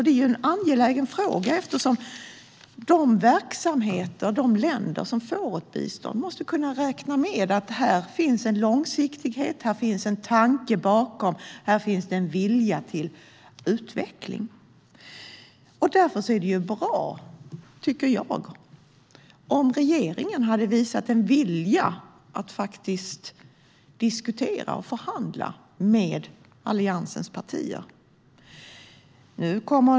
Det är en angelägen fråga, eftersom de verksamheter och länder som får bistånd måste kunna räkna med att det finns en långsiktighet, en tanke bakom och en vilja till utveckling. Därför tycker jag att det hade varit bra om regeringen hade visat en vilja att diskutera och förhandla med allianspartierna.